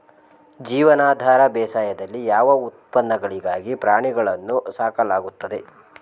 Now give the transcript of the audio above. ಜೀವನಾಧಾರ ಬೇಸಾಯದಲ್ಲಿ ಯಾವ ಉತ್ಪನ್ನಗಳಿಗಾಗಿ ಪ್ರಾಣಿಗಳನ್ನು ಸಾಕಲಾಗುತ್ತದೆ?